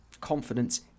confidence